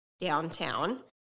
downtown